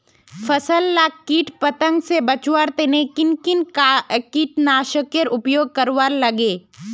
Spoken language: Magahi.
फसल लाक किट पतंग से बचवार तने किन किन कीटनाशकेर उपयोग करवार लगे?